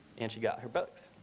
and she got her books.